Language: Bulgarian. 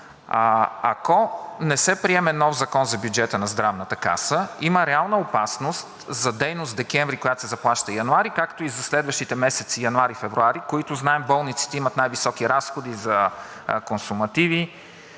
Ако не се приеме нов Закон за бюджета на Здравната каса, има реална опасност за дейност декември, която се заплаща през януари, както и за следващите януари, февруари, в които, знаем, болниците имат най-високи разходи за консумативи,